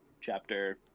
chapter